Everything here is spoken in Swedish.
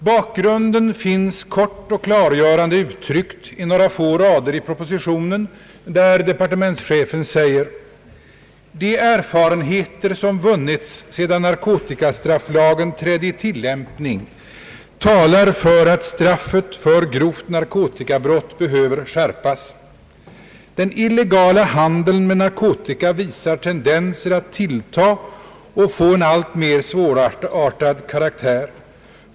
Bakgrunden finns kort och klargörande uttryckt i några få rader i propositionen, där departementschefen säger: »De erfarenheter som vunnits sedan narkotikastrafflagen trädde i tilllämpning talar för att straffet för grovt narkotikabrott behöver skärpas. Den illegala handeln med narkotika visar tendenser att tillta och få en alltmer svårartad karaktär.